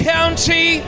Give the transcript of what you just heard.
County